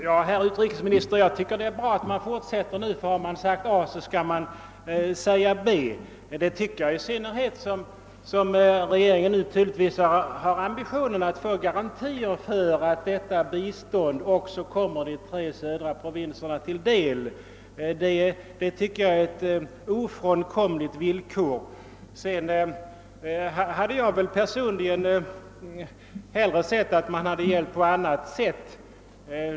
Herr talman! Jag tycker att det är bra, herr utrikesminister, att man fortsätter, ty om man har sagt A skall man även säga B, i synnerhet som regeringen har ambitionen att få garantier för att detta bistånd också kommer de tre södra provinserna till del. Jag tycker att detta är ett ofrånkomligt villkor. Personligen hade jag hellre sett att man hjälpt på ett annat vis.